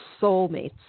soulmates